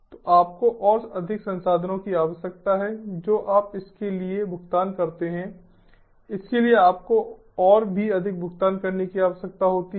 तो आपको और अधिक संसाधनों की आवश्यकता है जो आप इसके लिए भुगतान करते हैं इसके लिए आपको और भी अधिक भुगतान करने की आवश्यकता होती है